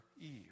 Eve